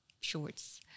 shorts